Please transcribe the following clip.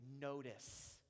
notice